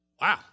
Wow